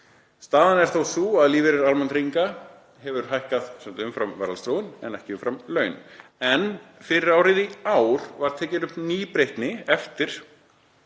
Staðan er sú að lífeyrir almannatrygginga hefur hækkað umfram verðlagsþróun en ekki umfram laun. En fyrir árið í ár var tekin upp nýbreytni eftir,